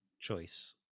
choice